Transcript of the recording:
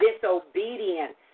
disobedience